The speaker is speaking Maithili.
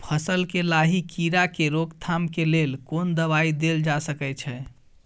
फसल में लाही कीरा के रोकथाम के लेल कोन दवाई देल जा सके छै?